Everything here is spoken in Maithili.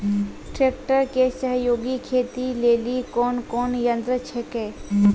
ट्रेकटर के सहयोगी खेती लेली कोन कोन यंत्र छेकै?